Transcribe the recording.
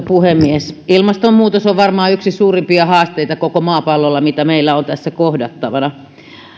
puhemies ilmastonmuutos on varmaan yksi suurimpia haasteita koko maapallolla mitä meillä on kohdattavana